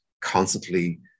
constantly